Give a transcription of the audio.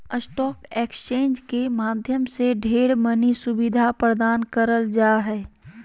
stock exchange के माध्यम से ढेर मनी सुविधा प्रदान करल जा हय